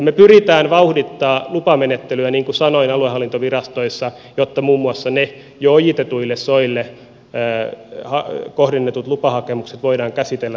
me pyrimme vauhdittamaan lupamenettelyä niin kuin sanoin aluehallintovirastoissa jotta muun muassa ne jo ojitetuille soille kohdennetut lupahakemukset voidaan käsitellä tehokkaasti